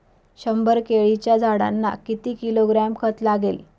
शंभर केळीच्या झाडांना किती किलोग्रॅम खत लागेल?